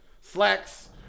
Slacks